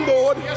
Lord